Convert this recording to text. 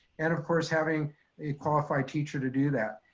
and of course having a qualified teacher to do that.